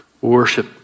worship